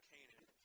Canaan